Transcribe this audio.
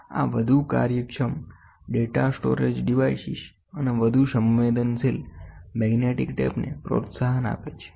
આ વધુ કાર્યક્ષમ ડેટા સ્ટોરેજ ડિવાઇસીસ અને વધુ સંવેદનશીલ મેગ્નેટિક ટેપને પ્રોત્સાહન આપે છે